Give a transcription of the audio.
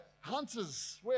hunters